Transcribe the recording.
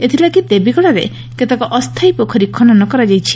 ଏଥଲାଗି ଦେବୀଗଡାଠାରେ କେତେକ ଅସ୍ତାୟୀ ପୋଖରୀ ଖନନ କରାଯାଇଛି